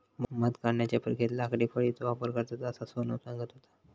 मध काढण्याच्या प्रक्रियेत लाकडी फळीचो वापर करतत, असा सोनम सांगत होता